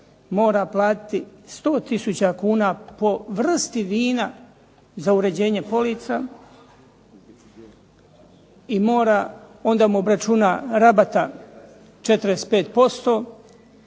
mora platiti 100 tisuća kuna po vrsti vina za uređenje polica i mora onda mu obračuna rabata 45%,